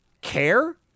care